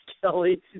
Kelly